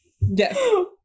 Yes